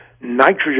nitrogen